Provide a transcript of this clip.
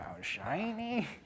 shiny